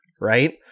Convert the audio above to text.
right